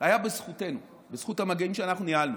היה בזכותנו, בזכות המגעים שאנחנו ניהלנו.